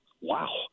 wow